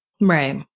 Right